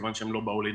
מכיוון שהכול נעצר.